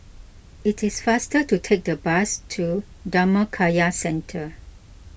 it is faster to take the bus to Dhammakaya Centre